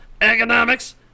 economics